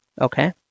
Okay